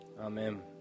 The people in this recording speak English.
Amen